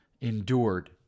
endured